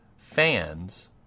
Fans